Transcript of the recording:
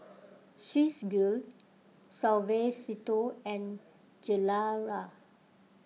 Swissgear Suavecito and Gilera